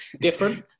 different